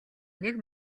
нэг